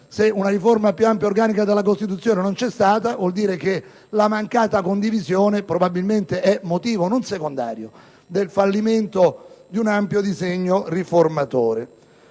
una riforma più ampia ed organica della Costituzione, vuol dire che la mancata condivisione probabilmente è motivo non secondario del fallimento di un ampio disegno riformatore.